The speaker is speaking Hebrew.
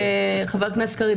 חבר הכנסת קריב,